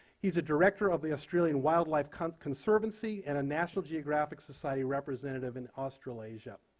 he's a director of the australian wildlife kind of conservancy and a national geographic society representative in australasia.